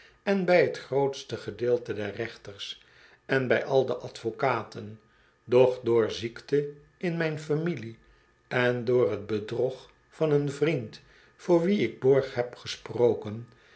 en bij t grootste gedeelte der rechters en by al de advocaten doch door ziekte in mijn familie en door t bedrog van een vriend voor wien ik borg heb gesproken